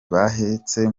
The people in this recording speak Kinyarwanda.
bahetse